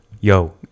yo